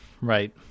right